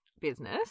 Business